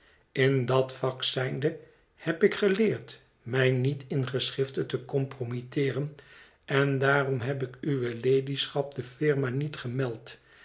in dat vak zijnde heb ik geleerd mij niet in geschrifte te compromitteeren on daarom heb ik uwe ladyschap de firma niet gemeld